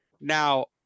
Now